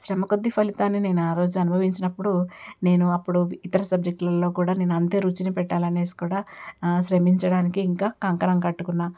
శ్రమ కొద్ది ఫలితాన్ని నేను ఆరోజు అనుభవించినప్పుడు నేను అప్పుడు ఇతర సబ్జెక్టులలో కూడా అంతే రుచిని పెట్టాలనేసి కూడా శ్రమించడానికి ఇంకా కంకణం కట్టుకున్నా